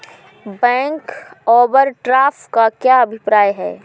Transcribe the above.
Bank overdraft का क्या अभिप्राय है?